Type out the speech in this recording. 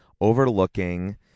overlooking